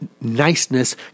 Niceness